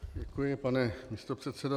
Děkuji, pane místopředsedo.